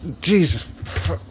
Jesus